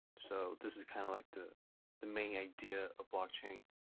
so this is kind of like the the main idea of blockchain